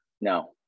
no